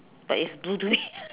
but it's blue to me